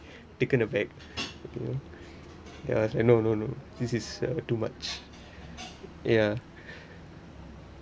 taken aback then I was like no no no this is uh too much ya